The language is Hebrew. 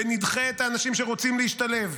ונדחה את האנשים שרוצים להשתלב.